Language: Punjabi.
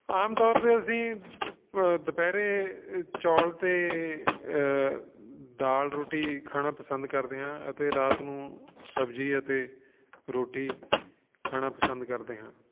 ਆਮ ਤੌਰ 'ਤੇ ਅਸੀਂ ਦੁਪਹਿਰੇ ਚੌਲ ਅਤੇ ਦਾਲ ਰੋਟੀ ਖਾਣਾ ਪਸੰਦ ਕਰਦੇ ਹਾਂ ਅਤੇ ਰਾਤ ਨੂੰ ਸਬਜ਼ੀ ਅਤੇ ਰੋਟੀ ਖਾਣਾ ਪਸੰਦ ਕਰਦੇ ਹਾਂ